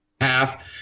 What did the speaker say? half